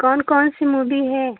कौन कौनसी मूवी है